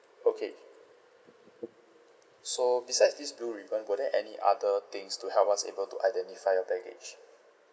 okay so besides this blue ribbon were there any other things to help us able to identify your baggage